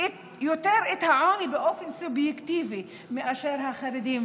יותר את העוני באופן סובייקטיבי מאשר החרדים.